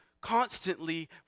constantly